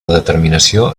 determinació